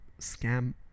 Scam